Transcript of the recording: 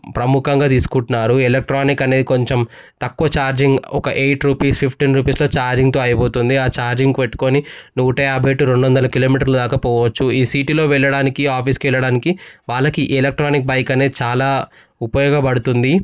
ప్రముఖంగా తీసుకుంటున్నారు ఎలక్ట్రానిక్ అనేది కొంచెం తక్కువ ఛార్జింగ్ ఒక ఎయిట్ రుపీస్ ఫిఫ్టీన్ రుపీస్తో ఛార్జింగ్తో అయిపోతుంది ఆ ఛార్జింగ్ పెట్టుకుని నూట యాబై టు రెండు వందల కిలోమీటర్ల దాకా పోవచ్చు ఈ సిటిలో వెళ్ళడానికి ఆఫీస్కి వెళ్ళడానికి వాళ్ళకి ఈ ఎలక్ట్రానిక్ బైక్ చాలా ఉపయోగపడుతుంది